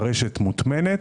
הרשת מוטמנת.